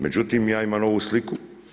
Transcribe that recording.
Međutim, ja imam ovu sliku.